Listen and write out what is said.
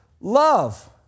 love